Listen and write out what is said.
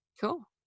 Cool